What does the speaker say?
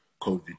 COVID